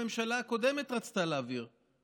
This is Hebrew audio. הממשלה הקודמת רצתה להעביר אותו.